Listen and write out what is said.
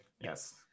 Yes